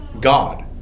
God